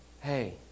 Hey